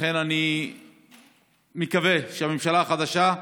לכן אני מקווה שהממשלה החדשה,